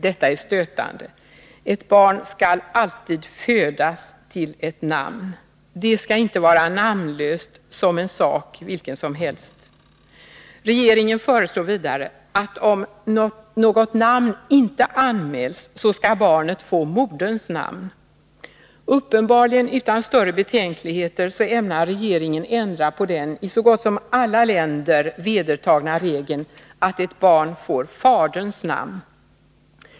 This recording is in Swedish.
Detta är stötande. Ett barn skall alltid födas till ett namn. Det skall inte vara namnlöst som en sak vilken som helst. Regeringen föreslår vidare att om något namn inte anmäls skall barnet få moderns namn. Uppenbarligen utan större betänkligheter ämnar regeringen ändra på den i så gott som alla länder vedertagna regeln att ett barn får faderns namn.